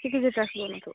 ସେ କେଯାଏ ଟାକ୍ସ୍ ଦେଉନଥିବ